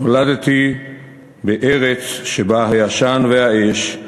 "נולדתי בארץ שבה העשן והאש,